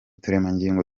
turemangingo